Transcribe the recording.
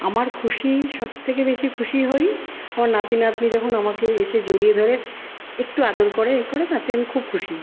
আমার খুশি সবথেকে বেশি খুশি হই আমার নাতি নাতনি যখন আমাকে এসে জড়িয়ে ধরে একটু আদর করে এ করে তাতে আমি খুব খুশি